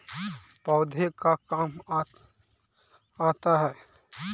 पौधे का काम आता है?